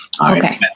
Okay